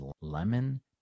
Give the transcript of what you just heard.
lemon